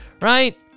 Right